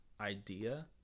idea